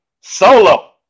solo